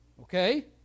Okay